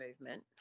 movement